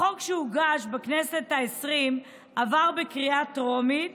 החוק הוגש בכנסת העשרים, עבר בקריאה טרומית